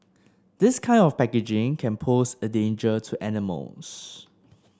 this kind of packaging can pose a danger to animals